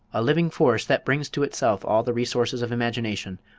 a living force that brings to itself all the resources of imagination,